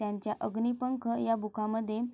त्यांच्या अग्निपंख ह्या बुकामध्ये